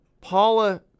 Paula